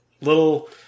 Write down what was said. Little